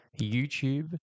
YouTube